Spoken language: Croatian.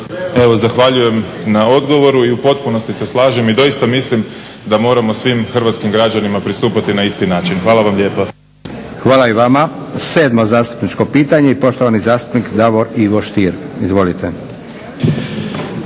Evo zahvaljujem na odgovoru i u potpunosti se slažem i doista mislim da moramo svim hrvatskim građanima pristupati na isti način. Hvala vam lijepa. **Leko, Josip (SDP)** Hvala i vama. 7.zastupničko pitanje i poštovani zastupnik Davor Ivo Stier. Izvolite.